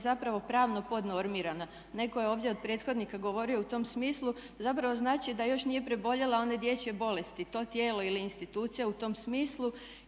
je zapravo pravno pod normirana." Netko je ovdje od prethodnika govorio u tom smislu, zapravo znači da još nije preboljela one dječje bolesti to tijelo ili institucija u tom smislu.